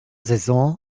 saison